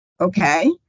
Okay